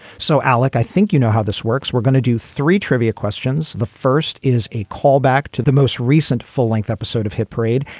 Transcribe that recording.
so, alec, i think you know how this works. we're gonna do three trivia questions. the first is a callback to the most recent full length episode of hit parade.